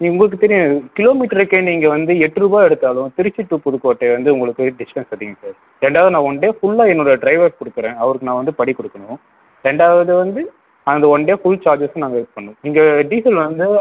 உங்களுக்கு தெரியும் கிலோமீட்டர்க்கு நீங்கள் வந்து எட்டு ரூபாய் எடுத்தாலும் திருச்சி டூ புதுக்கோட்டை வந்து உங்களுக்கு டிஸ்டன்ஸ் அதிகம் சார் ரெண்டாவது நான் ஒன் டே ஃபுல்லா என்னோட டிரைவர் கொடுக்குறேன் அவருக்கு நான் வந்து படி கொடுக்கணும் ரெண்டாவது வந்து அந்த ஒன் டே ஃபுல் சார்ஜஸும் நாங்கள் இது பண்ணும் இங்கே டீசல் வந்து